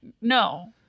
no